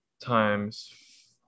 times